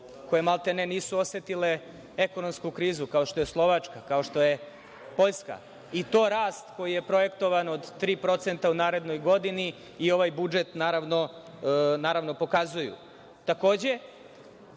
koje maltene nisu osetile ekonomsku krizu, kao što je Slovačka, kao što je Poljska, i to rast koji je projektovan od 3% u narednoj godini i ovaj budžet naravno pokazuju. Takođe,